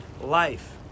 life